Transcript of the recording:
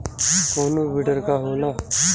कोनो बिडर का होला?